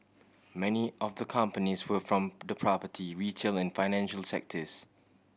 many of the companies were from the property retail and financial sectors